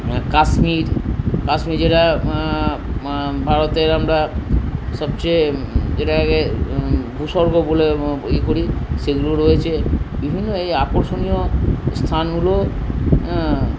কাশ্মীর কাশ্মীরেরা ভারতের আমরা সবচেয়ে যেটাকে ভূস্বর্গ বলে ইয়ে করি সেগুলো রয়েছে বিভিন্ন এই আকর্ষণীয় স্থানগুলো